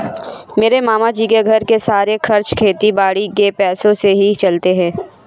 मेरे मामा जी के घर के सारे खर्चे खेती बाड़ी के पैसों से ही चलते हैं